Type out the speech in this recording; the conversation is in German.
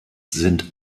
sind